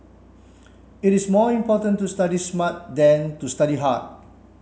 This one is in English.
it is more important to study smart than to study hard